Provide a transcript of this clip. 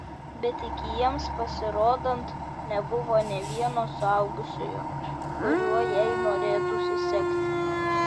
bet iki jiems pasirodant nebuvo nė vieno suaugusiojo kuriuo jai norėtųsi sekti